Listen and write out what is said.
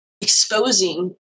exposing